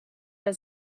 der